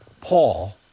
Paul